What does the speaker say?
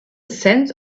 sense